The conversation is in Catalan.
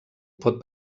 pot